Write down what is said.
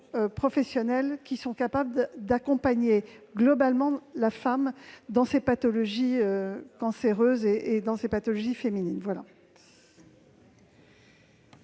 professionnels capables d'accompagner globalement la femme dans ces pathologies cancéreuses et ces pathologies féminines.